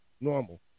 normal